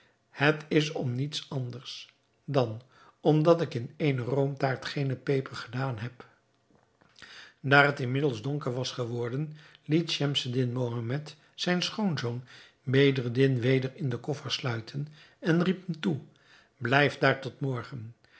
het is om niets anders dan omdat ik in eene roomtaart geene peper gedaan heb daar het inmiddels donker was geworden liet schemseddin mohammed zijn schoonzoon bedreddin weder in den koffer sluiten en riep hem toe blijf daar tot morgen